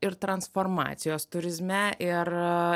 ir transformacijos turizme ir